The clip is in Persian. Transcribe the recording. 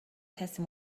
کسی